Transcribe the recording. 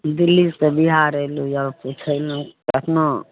दिल्लीसे बिहार अइलू यऽ पुछै ले अपना